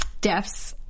deaths